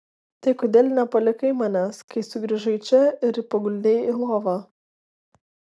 tai kodėl nepalikai manęs kai sugrįžai čia ir paguldei į lovą